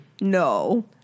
No